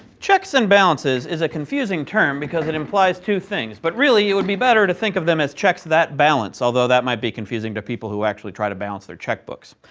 checks and balances is a confusing term because it implies two things. but really, it would be better to think of them as checks that balance, although that might be confusing to people who actually try to balance their checkbooks.